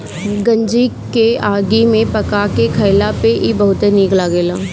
गंजी के आगी में पका के खइला पर इ बहुते निक लगेला